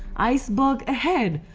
ice berg ahead,